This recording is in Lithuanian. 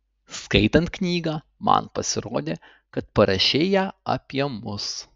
skaitant knygą man pasirodė kad parašei ją apie mus